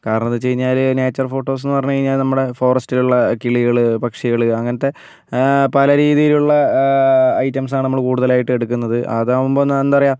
കാരണം എന്ന് വെച്ച് കഴിഞ്ഞാല് നേച്ചർ ഫോട്ടോസ് എന്ന് പറഞ്ഞു കഴിഞ്ഞാൽ നമ്മുടെ ഫോറെസ്റ്റിലുള്ള കിളികള് പക്ഷികള് അങ്ങനത്തെ പല രീതിയിലുള്ള ഐറ്റംസാണ് നമ്മൾ കൂടുതലായിട്ടും എടുക്കുന്നത് അതാകുമ്പോൾ എന്താ പറയുക